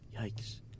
Yikes